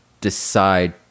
decide